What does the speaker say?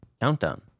countdown